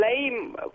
blame